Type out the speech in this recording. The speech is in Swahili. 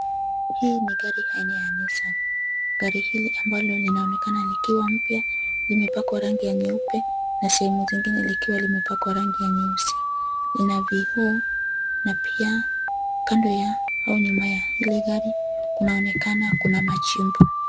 Hii ni gari haina ya nissan .Gari hili ambalo linaonekana likiwa mpya limepakwa rangi ya nyeupe na sehemu zingine likiwa limepakwa rangi ya nyeusi, ina vioo na pia kando ya, au nyuma ya hili gari kunaonekana kuna machimbo.